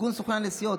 ארגון סוכני הנסיעות.